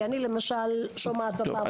כי אני למשל שומעת על זה בפעם הראשונה.